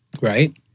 Right